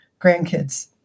grandkids